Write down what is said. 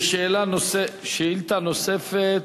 יש שאילתא נוספת,